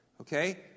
Okay